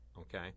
okay